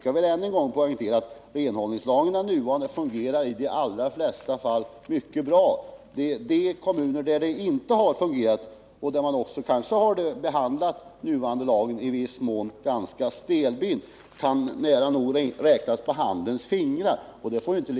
Jag vill ännu en gång poängtera att renhållningslagen i de allra flesta fall fungerar mycket bra. De kommuner där den inte har fungerat och där man kanske i viss mån behandlat den nuvarande lagen ganska stelbent kan nära nog räknas på ena handens fingrar.